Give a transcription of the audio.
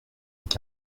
donc